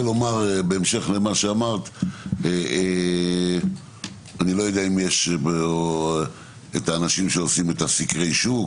בהמשך למה שאמרת אני לא יודע אם יש את האנשים שעושים את סקרי השוק,